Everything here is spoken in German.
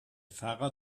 fahrer